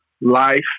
life